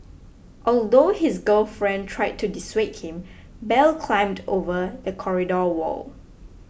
although his girlfriend tried to dissuade him Bell climbed over the corridor wall